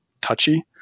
touchy